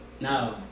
No